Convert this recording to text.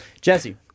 Jesse